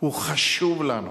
חשוב לנו.